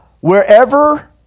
wherever